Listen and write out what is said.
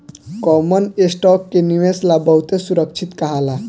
common stock के निवेश ला बहुते सुरक्षित कहाला